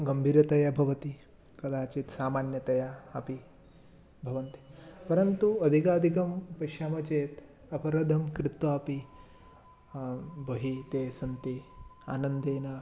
गम्भीरतया भवति कदाचित् सामान्यतया अपि भवन्ति परन्तु अधिकाधिकं पश्यामः चेत् अपराधं कृत्वा अपि बहिः ते सन्ति आनन्देन